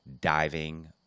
diving